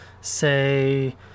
say